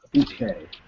Okay